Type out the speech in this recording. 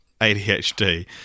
ADHD